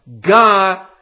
God